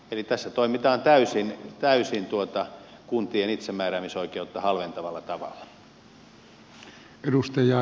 eli tässä toimitaan täysin kuntien itsemääräämisoikeutta halventavalla tavalla